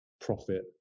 profit